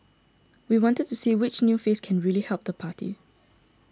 we wanted to see which new face can really help the party